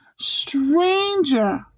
stranger